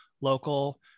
local